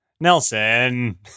Nelson